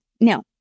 No